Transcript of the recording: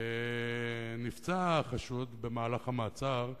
נפצע החשוד במהלך המעצר,